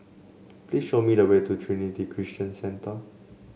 please show me the way to Trinity Christian Centre